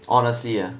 honestly ah